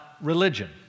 religion